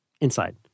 inside